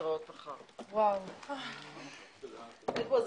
הישיבה ננעלה בשעה 16:57.